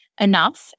enough